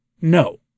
no